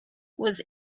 was